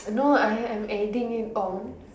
no I'm adding it on